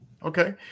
Okay